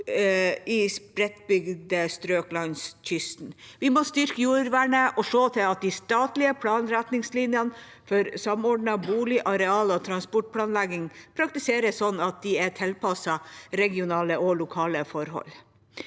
i spredtbygde strøk langs kysten. Vi må styrke jordvernet og se til at de statlige planretningslinjene for samordnet bolig-, areal- og transportplanlegging praktiseres sånn at de er tilpasset regionale og lokale forhold.